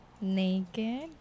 Naked